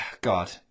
God